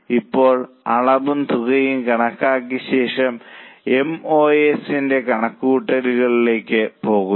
ഇപ്പോൾ അളവും തുകയും കണക്കാക്കിയ ശേഷം എം ഓ എസ് ന്റെ കണക്കുകൂട്ടലിലേക്ക് പോകുന്നു